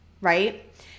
Right